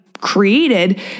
created